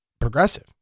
progressive